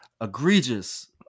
Egregious